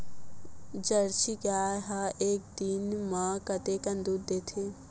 Jersey गाय ह एक दिन म कतेकन दूध देथे?